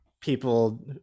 people